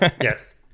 Yes